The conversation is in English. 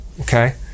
Okay